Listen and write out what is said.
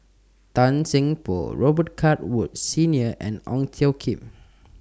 Tan Seng Poh Robet Carr Woods Senior and Ong Tjoe Kim